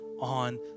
on